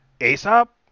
Aesop